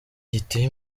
giteye